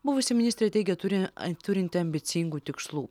buvusi ministrė teigė turi a turinti ambicingų tikslų